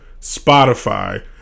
Spotify